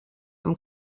amb